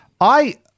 I-